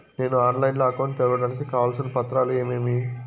నేను ఆన్లైన్ లో అకౌంట్ తెరవడానికి కావాల్సిన పత్రాలు ఏమేమి?